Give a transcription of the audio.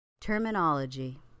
Terminology